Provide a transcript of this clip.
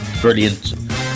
Brilliant